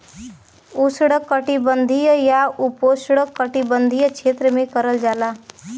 उष्णकटिबंधीय या उपोष्णकटिबंधीय क्षेत्र में करल जाला